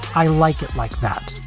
i like it like that.